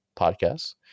Podcasts